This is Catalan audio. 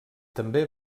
també